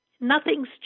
nothing's